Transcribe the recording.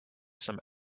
some